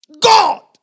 God